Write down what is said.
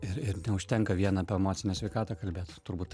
ir ir neužtenka vien apie emocinę sveikatą kalbėt turbūt